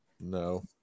no